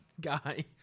guy